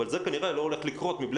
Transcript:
אבל זה כנראה לא הולך לקרות מבלי